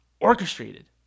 orchestrated